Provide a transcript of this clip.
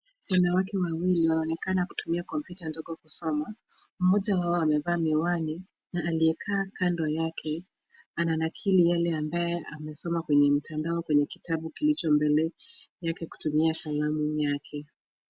Wanawake wawili wanaonekana kutumia kompyuta ndogo kusoma. Mmoja wao amevaa miwani na aliyekaa kando yake ananakili yale ambayo amesoma kwenye mtandao kwenye kitabu kilicho mbele yake kutumia kalamu yake.